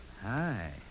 Hi